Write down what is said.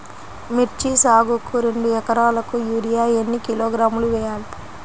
మిర్చి సాగుకు రెండు ఏకరాలకు యూరియా ఏన్ని కిలోగ్రాములు వేయాలి?